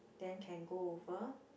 then can go over